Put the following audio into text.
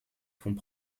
fonds